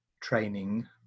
training